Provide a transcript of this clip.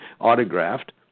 autographed